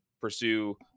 pursue